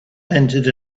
entered